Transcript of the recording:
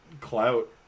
clout